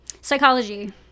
Psychology